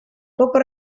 poco